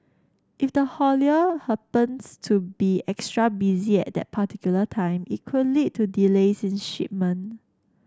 if the haulier happens to be extra busy at that particular time it could lead to delays in shipment